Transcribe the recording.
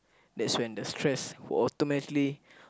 that's when the stress will automatically